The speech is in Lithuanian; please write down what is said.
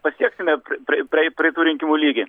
pasieksime pra praeitų rinkimų lygį